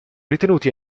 ritenuti